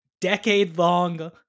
decade-long